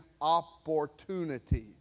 opportunities